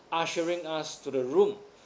ushering us to the room